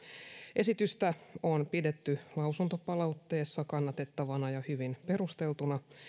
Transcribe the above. esitystä on pidetty lausuntopalautteessa kannatettavana ja hyvin perusteltuna